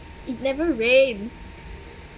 it never rain